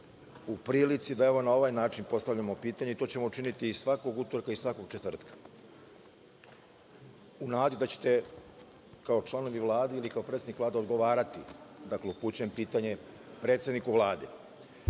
u prilici da na ovaj način postavimo pitanja i to ćemo učiniti svakog utorka i svakog četvrtka, u nadi da ćete, kao članovi Vlade ili kao predsednik Vlade, odgovarati. Dakle, upućujem pitanje predsedniku Vlade.